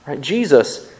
Jesus